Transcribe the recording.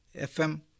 FM